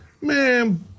Man